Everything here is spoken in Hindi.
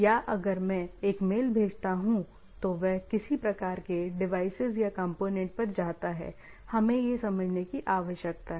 या अगर मैं एक मेल भेजता हूं तो वह किस प्रकार के डिवाइसेज या कंपोनेंट पर जाता है हमें यह समझने की आवश्यकता है